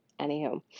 Anywho